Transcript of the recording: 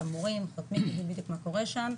את המורים אנחנו יודעים בדיוק מה קורה שם,